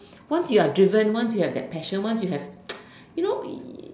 once you're driven once you have that passion once you have you know